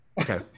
Okay